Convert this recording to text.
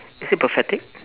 is it pathetic